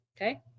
Okay